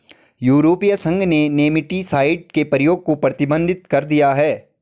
यूरोपीय संघ ने नेमेटीसाइड के प्रयोग को प्रतिबंधित कर दिया है